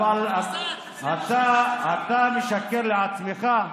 אבל אתה משקר לעצמך.